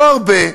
לא הרבה,